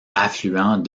affluent